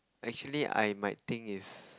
actually I might think if